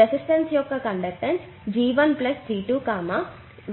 resistance యొక్క conductance G1G2 ఇది